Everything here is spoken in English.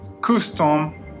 custom